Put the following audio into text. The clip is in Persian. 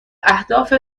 اهداف